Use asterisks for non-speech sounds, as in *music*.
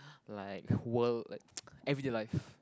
like world like *noise* everyday life